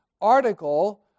article